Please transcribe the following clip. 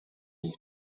立场